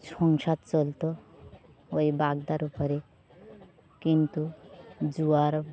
সংসার চলত ওই বাগদার উপরে কিন্তু জোয়ার